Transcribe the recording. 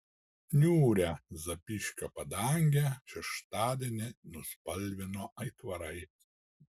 niūrią zapyškio padangę šeštadienį nuspalvino aitvarai